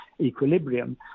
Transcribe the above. equilibrium